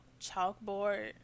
chalkboard